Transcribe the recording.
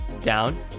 down